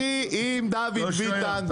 אני עם דוד ביטון.